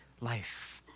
life